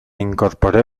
incorporé